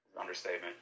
Understatement